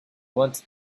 wanted